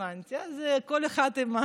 הבנתי, אז כל אחד עם,